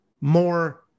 more